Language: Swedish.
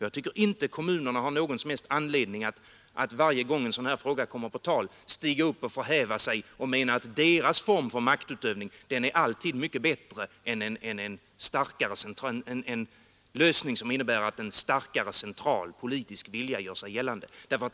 Jag tycker inte kommunerna har någon som helst anledning att varje gång en sådan här fråga kommer på tal stiga upp och förhäva sig och mena att deras form för maktutövning alltid är mycket bättre än en lösning som innebär att en starkare central politisk vilja gör sig gällande.